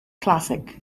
classic